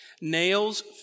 Nails